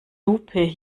lupe